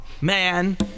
Man